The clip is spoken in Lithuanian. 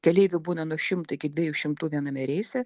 keleivių būna nuo šimto iki dviejų šimtų viename reise